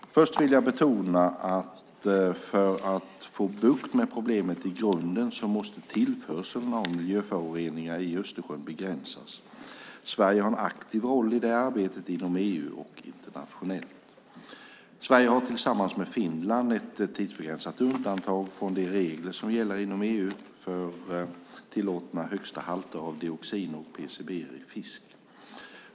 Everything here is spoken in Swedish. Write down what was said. Först vill jag betona att för att få bukt med problemet i grunden måste tillförseln av miljöföroreningar till Östersjön begränsas. Sverige har en aktiv roll i det arbetet inom EU och internationellt. Sverige har tillsammans med Finland ett tidsbegränsat undantag från de regler som gäller inom EU för tillåtna högsta halter av dioxiner och PCB:er i fisk.